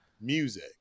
music